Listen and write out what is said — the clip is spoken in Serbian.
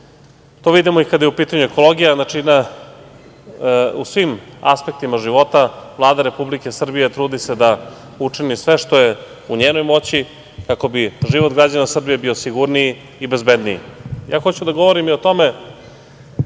To vidimo i kada je u pitanju ekologija. Znači, u svim aspektima života Vlada Republike Srbije trudi se da učini sve što je u njenoj moći kako bi život građana Srbije bio sigurniji i bezbedniji. Ja hoću da govorim i o tome